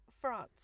France